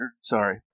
Sorry